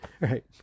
Right